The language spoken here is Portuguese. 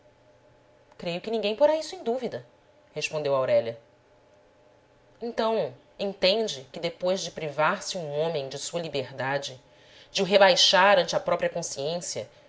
creio que ninguém porá isso em dúvida respondeu aurélia então entende que depois de privar se um homem de sua liberdade de o rebaixar ante a própria consciência